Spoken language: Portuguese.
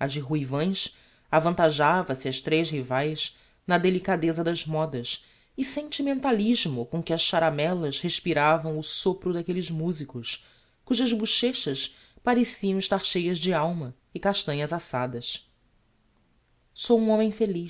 a de ruivães avantajava se ás tres rivaes na delicadeza das modas e sentimentalismo com que as charamelas respiravam o sopro d'aquelles musicos cujas bochechas pareciam estar cheias de alma e castanhas assadas sou um homem feliz